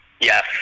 Yes